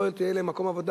לא יהיו להם מקומות עבודה.